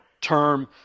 term